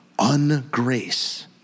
ungrace